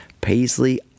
Paisley